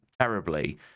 terribly